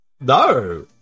No